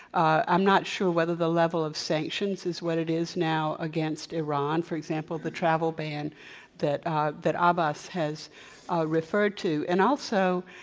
i'm not sure whether the level of sanctions is what it is now against iran. for example, the travel ban that that abbas has referred to and also,